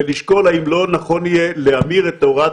ולשקול האם לא נכון יהיה להמיר את הוראת